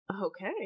Okay